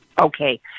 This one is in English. Okay